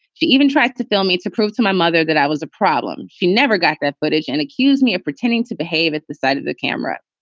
she even tried to film me to prove to my mother that i was a problem. she never got that footage and accused me of pretending to behave at the side of the camera.